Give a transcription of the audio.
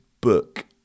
book